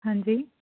ਹਾਂਜੀ